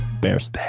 Bears